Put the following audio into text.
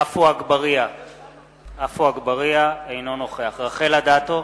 עפו אגבאריה, אינו נוכח רחל אדטו,